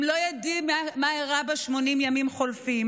הם לא יודעים מה אירע ב-80 הימים שחלפו,